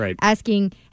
asking